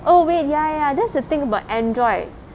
oh wait ya ya that's the thing about Android